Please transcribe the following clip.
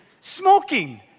smoking